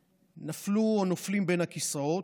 נפלו או נופלים בין הכיסאות.